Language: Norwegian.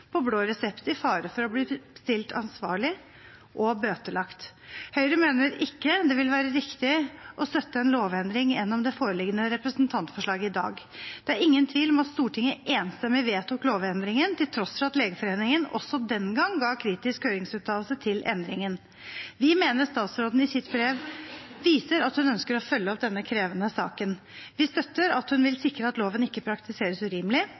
på blå resept i frykt for å bli stilt ansvarlig og bøtelagt. Høyre mener det ikke vil være riktig å støtte en lovendring gjennom det foreliggende representantforslaget i dag. Det er ingen tvil om at Stortinget enstemmig vedtok lovendringen, til tross for at Legeforeningen også den gang ga kritisk høringsuttalelse til endringen. Vi mener statsråden i sitt brev viser at hun ønsker å følge opp denne krevende saken. Vi støtter at hun vil sikre at loven ikke praktiseres urimelig,